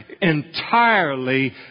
entirely